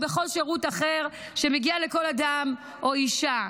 או בכל שירות אחר שמגיע לכל אדם או אישה.